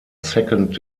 second